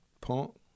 Punk